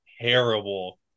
terrible